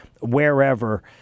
wherever